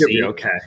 okay